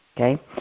okay